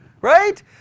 Right